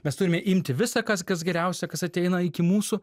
mes turime imti visa kas kas geriausia kas ateina iki mūsų